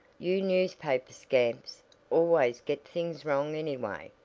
you newspaper scamps always get things wrong anyway.